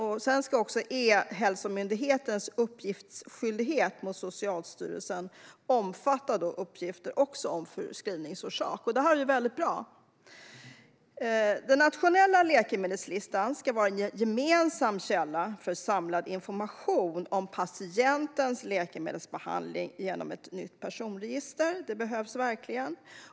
Vidare ska E-hälsomyndighetens uppgiftsskyldighet mot Socialstyrelsen även omfatta uppgifter om förskrivningsorsak." Det här är väldigt bra. Den nationella läkemedelslistan ska vara en gemensam källa för samlad information om patientens läkemedelsbehandling genom ett nytt personregister. Det behövs verkligen.